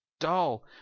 dull